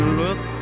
look